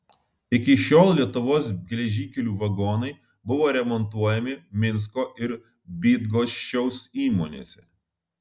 iki šiol lietuvos geležinkelių vagonai buvo remontuojami minsko ir bydgoščiaus įmonėse